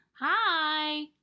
Hi